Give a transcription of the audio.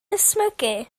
ysmygu